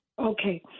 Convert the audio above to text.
Okay